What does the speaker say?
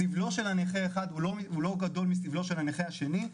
סיבלו של נכה אחד הוא לא גדול מסבלו של הנכה השני,